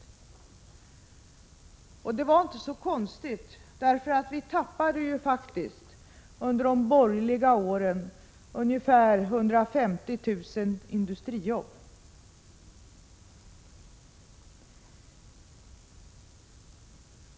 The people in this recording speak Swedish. Det var inte så konstigt, eftersom det under de borgerliga åren försvann ungefär 150 000 industrijobb.